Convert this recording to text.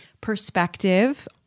perspective